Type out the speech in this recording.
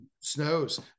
snows